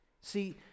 See